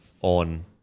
on